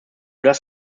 das